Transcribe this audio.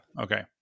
Okay